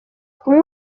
kumwe